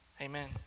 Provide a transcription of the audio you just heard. Amen